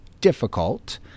difficult